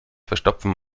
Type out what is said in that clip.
verstopfen